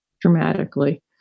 Dramatically